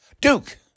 Duke